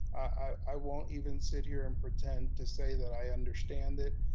i won't even sit here and pretend to say that i understand it.